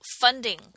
funding